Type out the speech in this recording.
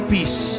Peace